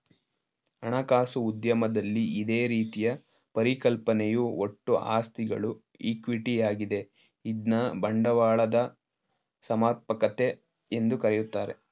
ಹಣಕಾಸು ಉದ್ಯಮದಲ್ಲಿ ಇದೇ ರೀತಿಯ ಪರಿಕಲ್ಪನೆಯು ಒಟ್ಟು ಆಸ್ತಿಗಳು ಈಕ್ವಿಟಿ ಯಾಗಿದೆ ಇದ್ನ ಬಂಡವಾಳದ ಸಮರ್ಪಕತೆ ಎಂದು ಕರೆಯುತ್ತಾರೆ